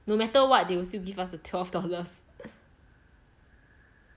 no matter what they will still give us the twelve dollars